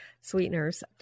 sweeteners